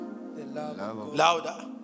Louder